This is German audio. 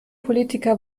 politiker